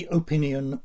opinion